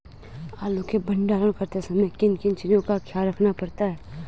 आलू के भंडारण करते समय किन किन चीज़ों का ख्याल रखना पड़ता है?